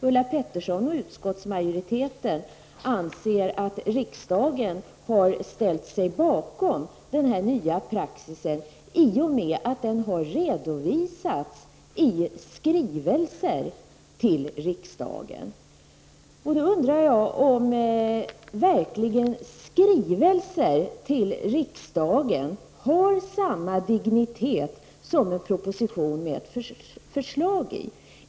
Ulla Pettersson och utskottsmajoriteten anser att riksdagen har ställt sig bakom den nya praxisen i och med att den har redovisats i skrivelser till riksdagen. Jag undrar därför om skrivelser till riksdagen verkligen har samma dignitet som en proposition med förslag.